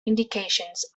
indications